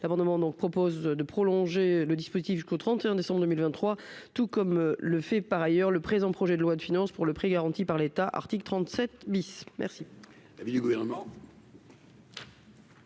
l'amendement donc propose de prolonger le dispositif jusqu'au 31 décembre 2023, tout comme le fait par ailleurs le présent projet de loi de finances pour le prix garanti par l'État, article 37 bis merci